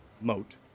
moat